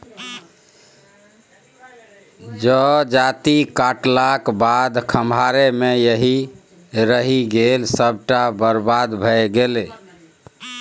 जजाति काटलाक बाद खम्हारे मे रहि गेल सभटा बरबाद भए गेलै